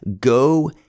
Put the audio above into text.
Go